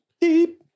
Deep